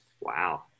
Wow